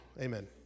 amen